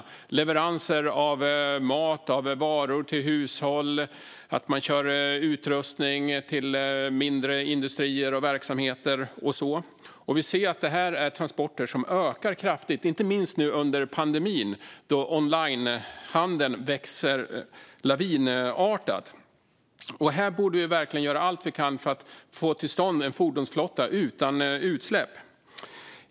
Det är leveranser av mat och varor till hushåll. Man kör utrustning till mindre industrier och verksamheter och så vidare. Vi ser att detta är transporter som ökar kraftigt, inte minst nu under pandemin då onlinehandeln växer lavinartat. Här borde vi verkligen göra allt vi kan för att få till stånd en fordonsflotta utan utsläpp.